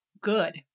good